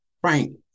Frank